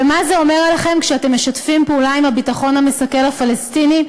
ומה זה אומר עליכם כשאתם משתפים פעולה עם הביטחון המסכל הפלסטיני?